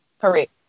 Correct